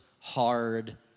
hard